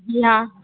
जी हाँ